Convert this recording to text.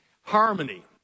Harmony